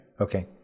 Okay